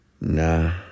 nah